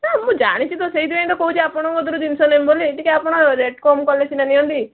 ନା ମୁଁ ଜାଣିଛି ତ ସେଇଥିପାଇଁ ତ କହୁଛି ଆପଣଙ୍କ କତିିରୁ ଜିନିଷ ନେବି ବୋଲି ଟିକେ ଆପଣ ରେଟ୍ କମ୍ କଲେ ସିନା ନିଅନ୍ତି